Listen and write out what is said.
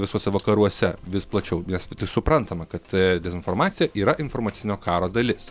visuose vakaruose vis plačiau nes tai suprantama kad dezinformacija yra informacinio karo dalis